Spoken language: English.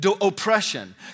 oppression